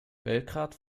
belgrad